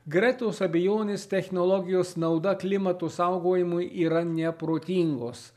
gretos abejonės technologijos nauda klimato saugojimui yra neprotingos